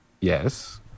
yes